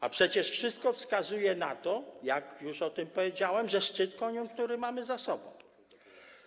A przecież wszystko wskazuje na to, jak już o powiedziałem, że szczyt koniunktury mamy za sobą.